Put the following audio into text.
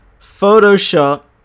Photoshop